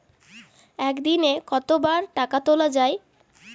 একদিনে কতবার টাকা তোলা য়ায়?